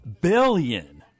billion